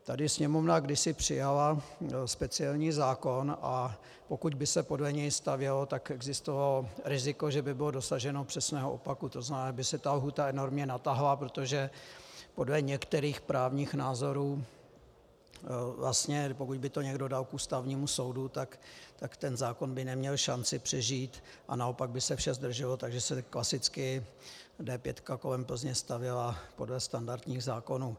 Tady Sněmovna kdysi přijala speciální zákon, a pokud by se podle něj stavělo, tak existovalo riziko, že by bylo dosaženo přesného opaku, to znamená, že by se ta lhůta enormně natáhla, protože podle některých právních názorů vlastně, pokud by to někdo dal k Ústavnímu soudu, tak ten zákon by neměl šanci přežít, a naopak by se vše zdrželo, takže se klasicky D5 kolem Plzně stavěla podle standardních zákonů.